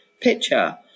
picture